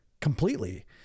completely